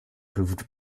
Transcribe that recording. proved